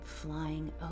flying